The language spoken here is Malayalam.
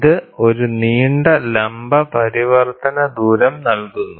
ഇത് ഒരു നീണ്ട ലംബ പ്രവർത്തന ദൂരം നൽകുന്നു